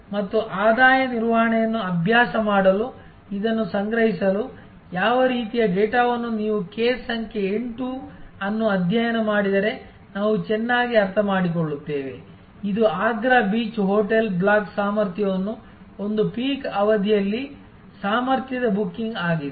ಮತ್ತು ಆದಾಯ ನಿರ್ವಹಣೆಯನ್ನು ಅಭ್ಯಾಸ ಮಾಡಲು ಇದನ್ನು ಸಂಗ್ರಹಿಸಲು ಯಾವ ರೀತಿಯ ಡೇಟಾವನ್ನು ನೀವು ಕೇಸ್ ಸಂಖ್ಯೆ 8 ಅನ್ನು ಅಧ್ಯಯನ ಮಾಡಿದರೆ ನಾವು ಚೆನ್ನಾಗಿ ಅರ್ಥಮಾಡಿಕೊಳ್ಳುತ್ತೇವೆ ಇದು ಆಗ್ರಾ ಬೀಚ್ ಹೋಟೆಲ್ ಬ್ಲಾಕ್ ಸಾಮರ್ಥ್ಯವನ್ನು ಒಂದು ಪೀಕ್ ಅವಧಿಯಲ್ಲಿ ಸಾಮರ್ಥ್ಯದ ಬುಕಿಂಗ್ ಆಗಿದೆ